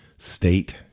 state